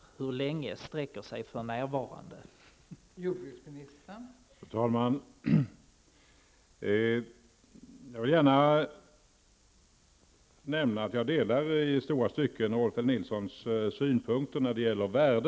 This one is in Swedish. Men hur långt sträcker man sig när det gäller uttrycket för närvarande?